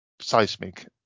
seismic